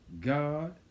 God